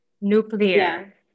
nuclear